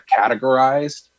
categorized